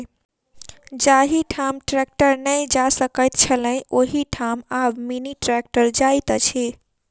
जाहि ठाम ट्रेक्टर नै जा सकैत छलै, ओहि ठाम आब मिनी ट्रेक्टर जाइत अछि